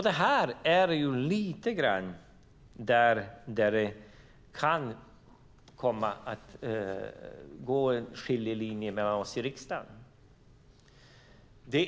Det är lite grann här det kan komma att gå en skiljelinje mellan oss i riksdagen.